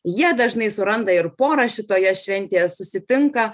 jie dažnai suranda ir porą šitoje šventėje susitinka